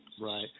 Right